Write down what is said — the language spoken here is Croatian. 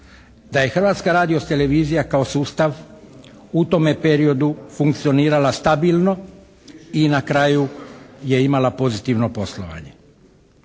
Da je Hrvatska radio-televizija kao sustav u tome periodu funkcionirala stabilno i na kraju je imala pozitivno poslovanje.